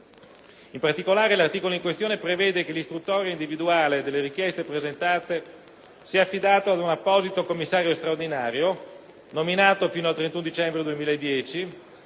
In particolare, l'articolo in questione prevede che l'istruttoria individuale delle richieste presentate sia affidata ad un apposito commissario straordinario, nominato fino al 31 dicembre 2010,